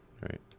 right